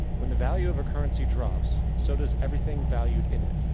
when the value of a currency drops, so does everything valued in it.